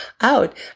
out